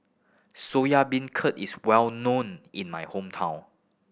Soya Beancurd is well known in my hometown